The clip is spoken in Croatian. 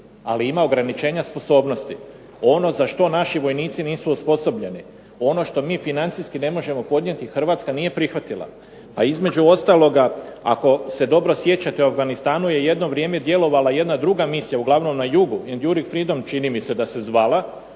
ali ima ograničenja sposobnosti. Ono za što naši vojnici nisu osposobljeni, ono što mi financijski ne možemo podnijeti Hrvatska nije prihvatila. A između ostaloga ako se dobro sjećate u Afganistanu je jedno vrijeme djelovala jedna druga misija, uglavnom na jugu, "Endury freedom" čini mi se da se zvala.